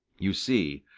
you see,